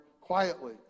quietly